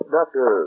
Doctor